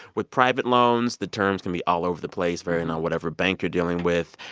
with private loans, the terms can be all over the place varying on whatever bank you're dealing with,